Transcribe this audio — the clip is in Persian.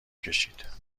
کشید